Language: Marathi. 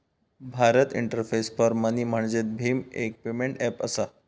भारत इंटरफेस फॉर मनी म्हणजेच भीम, एक पेमेंट ऐप असा